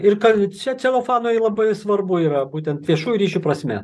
ir ka čia celofanui labai svarbu yra būtent viešųjų ryšių prasme